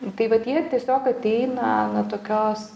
nu tai vat jie tiesiog ateina na tokios